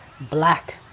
black